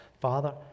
Father